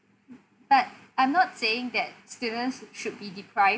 but I'm not not saying that students should be deprived